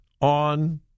on